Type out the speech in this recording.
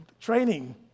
training